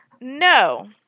No